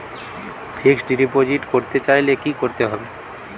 Fixed deposit করতে চাইলে কি করতে হবে?